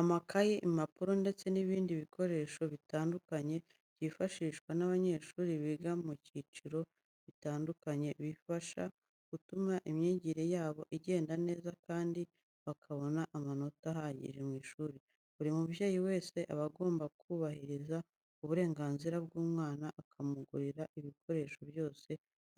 Amakayi, impapuro ndetse n'ibindi bikoresho bitandukanye byifashishwa n'abanyeshuri biga mu byiciro bitandukanye, bibafasha gutuma imyigire yabo igenda neza kandi bakabona amanota ahagije mu ishuri. Buri mubyeyi wese, aba agomba kubahiriza uburenganzira bw'umwana akamugurira ibikoresho byose